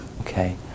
Okay